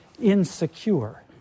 insecure